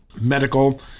medical